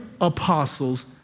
apostles